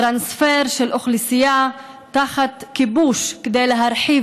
טרנספר של אוכלוסייה תחת כיבוש כדי להרחיב